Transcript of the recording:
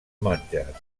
monges